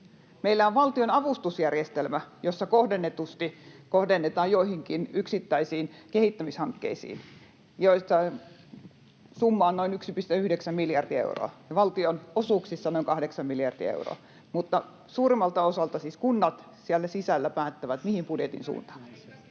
Meillä on valtionavustusjärjestelmä, jossa kohdennetaan joihinkin yksittäisiin kehittämishankkeisiin, ja summa on noin 1,9 miljardia euroa, valtionosuuksissa se on noin 8 miljardia euroa. Suurimmalta osalta siis kunnat siellä sisällä päättävät, mihin budjetin suuntaavat.